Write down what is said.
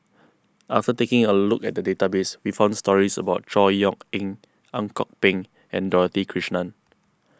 after taking a look at the database we found stories about Chor Yeok Eng Ang Kok Peng and Dorothy Krishnan